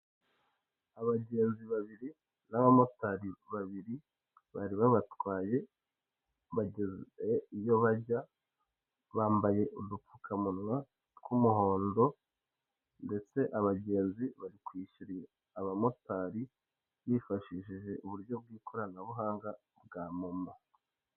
Abagenzi babiri n'abamotari babiri bari babatwaye bageze iyo bajya bambaye udupfukamunwa tw'umuhondo ndetse abagenzi bari kwishyura abamotari bifashishije uburyo bw'ikoranabuhanga bwa momo.